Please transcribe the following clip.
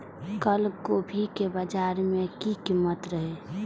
कल गोभी के बाजार में की कीमत रहे?